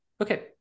Okay